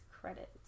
credit